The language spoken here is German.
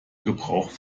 gebrauch